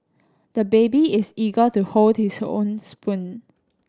the baby is eager to hold his own spoon